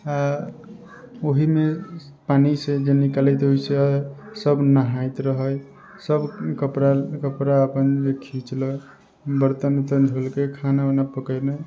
आ ओहीमे पानीसँ जे निकलय तऽ ओहिसँ सभ नहाइत रहय सभ कपड़ा कपड़ा अपन जे खीचलक बर्तन उर्तन धोलकै खाना उना पकयने